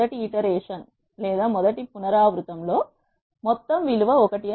మొదటి ఇటర్ లేదా మొదటి పునరావృతం లో మొత్తం విలువ 1